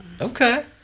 Okay